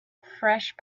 fresh